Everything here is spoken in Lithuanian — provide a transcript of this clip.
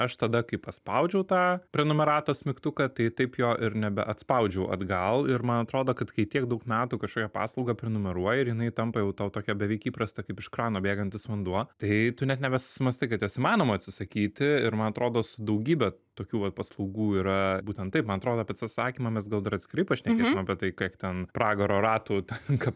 aš tada kai paspaudžiau tą prenumeratos mygtuką tai taip jo ir nebeatspaudžiau atgal ir man atrodo kad kai tiek daug metų kažkokią paslaugą prenumeruoji ir jinai tampa jau tokia beveik įprasta kaip iš krano bėgantis vanduo tai tu net nebesusimąstai kad jos įmanoma atsisakyti ir man atrodo su daugybe tokių paslaugų yra būtent taip man atrodo apie atsisakymą mes gal dar atskirai pašnekėsim apie tai kiek ten pragaro ratų tenka